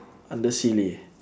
under silly